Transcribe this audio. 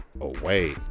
away